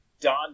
Don